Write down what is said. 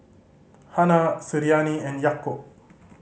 Hana Suriani and Yaakob